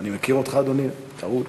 אני מכיר אותך, אדוני, טעות.